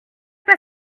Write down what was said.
pas